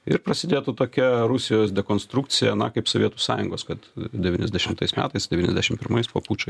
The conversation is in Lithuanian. ir prasidėtų tokia rusijos dekonstrukcija na kaip sovietų sąjungos kad devyniasdešimtais metais devyniasdešim pirmais po pučo